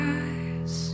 eyes